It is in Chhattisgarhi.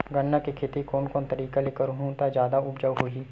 गन्ना के खेती कोन कोन तरीका ले करहु त जादा उपजाऊ होही?